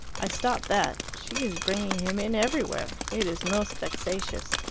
i stopped that. she is bringing him in everywhere. it is most vexatious.